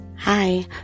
Hi